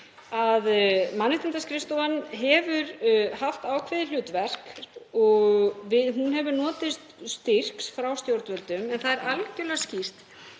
að Mannréttindaskrifstofan hefur haft ákveðið hlutverk og hún hefur notið styrks frá stjórnvöldum. En það er algerlega skýrt